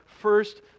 first